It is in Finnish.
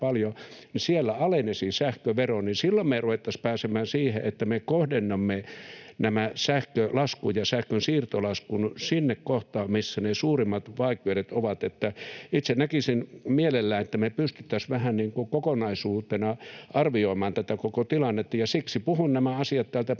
paljon, alenisi sähkövero, ja silloin me ruvettaisiin pääsemään siihen, että me kohdennamme sähkölaskun ja sähkön siirtolaskun sinne kohtaan, missä ne suurimmat vaikeudet ovat. Itse näkisin mielelläni, että me pystyttäisiin vähän niin kuin kokonaisuutena arvioimaan tätä koko tilannetta, ja puhun nämä asiat täältä pöntöstä,